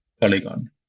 Polygon